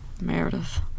Meredith